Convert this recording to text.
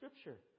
Scripture